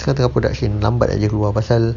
sekarang tinggal production lambat saje keluar pasal